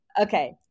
Okay